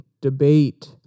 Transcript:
debate